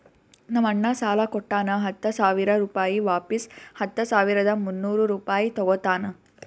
ನಮ್ ಅಣ್ಣಾ ಸಾಲಾ ಕೊಟ್ಟಾನ ಹತ್ತ ಸಾವಿರ ರುಪಾಯಿ ವಾಪಿಸ್ ಹತ್ತ ಸಾವಿರದ ಮುನ್ನೂರ್ ರುಪಾಯಿ ತಗೋತ್ತಾನ್